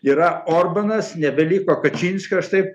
yra orbanas nebeliko kačinskio aš taip